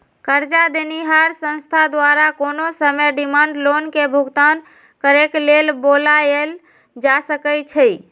करजा देनिहार संस्था द्वारा कोनो समय डिमांड लोन के भुगतान करेक लेल बोलायल जा सकइ छइ